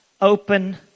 Open